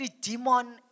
demon